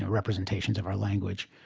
representations of our language.